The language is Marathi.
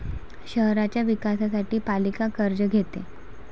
शहराच्या विकासासाठी पालिका कर्ज घेते